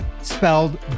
spelled